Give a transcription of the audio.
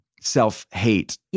self-hate